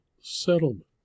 settlement